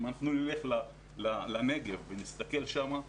אם נלך לנגב ונסתכל שם,